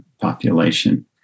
population